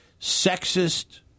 sexist